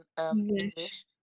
English